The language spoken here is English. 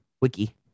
wiki